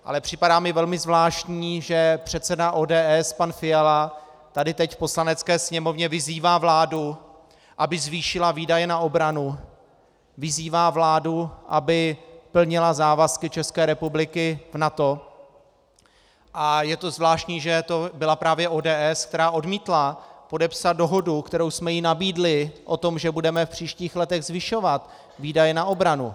Ale připadá mi velmi zvláštní, že předseda ODS pan Fiala tady teď v Poslanecké sněmovně vyzývá vládu, aby zvýšila výdaje na obranu, vyzývá vládu, aby plnila závazky ČR v NATO, a je zvláštní, že to byla právě ODS, která odmítla podepsat dohodu, kterou jsme jí nabídli, o tom, že budeme v příštích letech zvyšovat výdaje na obranu.